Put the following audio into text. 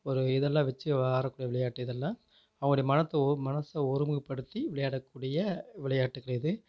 ஒரு இதெல்லாம் வச்சு விளையாடக்கூடிய விளையாட்டு இதெல்லாம் அவங்களுடைய மனத்தை மனசை ஒருமுகப்படுத்தி விளையாடக்கூடிய விளையாட்டுக்கள் இது